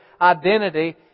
identity